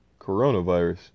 Coronavirus